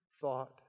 thought